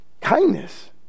kindness